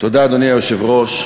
אדוני היושב-ראש,